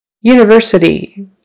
university